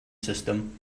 system